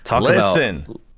Listen